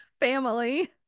family